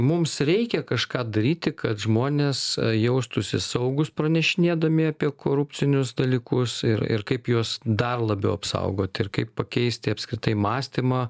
mums reikia kažką daryti kad žmonės jaustųsi saugūs pranešinėdami apie korupcinius dalykus ir ir kaip juos dar labiau apsaugoti ir kaip pakeisti apskritai mąstymą